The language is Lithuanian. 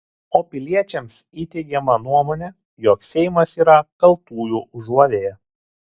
o piliečiams įteigiama nuomonė jog seimas yra kaltųjų užuovėja